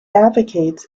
advocates